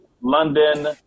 London